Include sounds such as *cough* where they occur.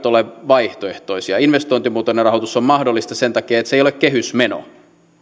*unintelligible* ole vaihtoehtoisia investointimuotoinen rahoitus on mahdollista sen takia että se ei ole kehysmeno